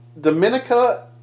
Dominica